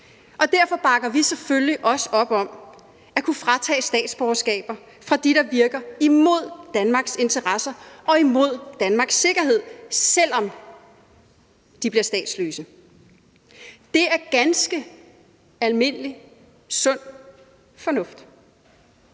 og derfor bakker vi selvfølgelig også op om at kunne fratage statsborgerskaber fra dem, der virker imod Danmarks interesser og imod Danmarks sikkerhed, selv om de bliver statsløse. Det er ganske almindelig sund fornuft.